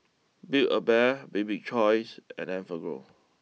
Build A Bear Bibik's choice and Enfagrow